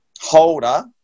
holder